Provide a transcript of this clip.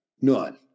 None